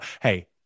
Hey